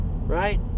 right